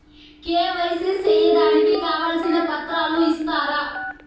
KYC సేయడానికి కావాల్సిన పత్రాలు ఇస్తారా?